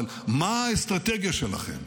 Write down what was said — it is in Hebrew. אבל מה האסטרטגיה שלכם?